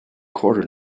quarter